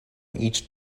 each